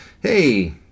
hey